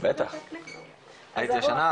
הייתי השנה,